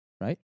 right